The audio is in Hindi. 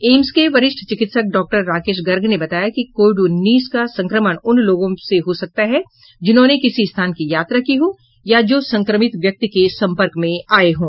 एम्स के वरिष्ठ चिकित्सक डॉक्टर राकेश गर्ग ने बताया कि कोविड उन्नीस का संक्रमण उन लोगों से हो सकता है जिन्होंने किसी स्थान की यात्रा की हो या जो संक्रमित व्यक्ति के सम्पर्क में आए हों